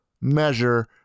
measure